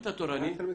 תלמידים.